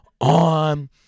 on